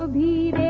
the